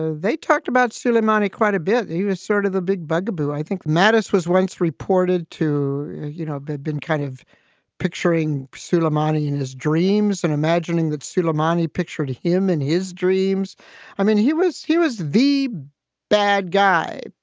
they talked about suleimani quite a bit. he was sort of the big bugaboo, i think. mattis was once reported to, you know, they've been kind of picturing suleimani in his dreams and imagining that suleimani picture to him in his dreams i mean, he was he was the bad guy,